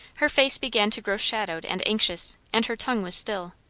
her face began to grow shadowed and anxious, and her tongue was still.